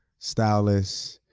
stylist,